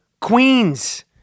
Queens